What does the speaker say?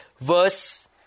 verse